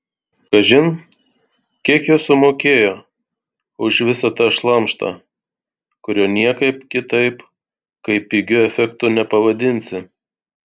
kažin kiek jos sumokėjo už visą tą šlamštą kurio niekaip kitaip kaip pigiu efektu nepavadinsi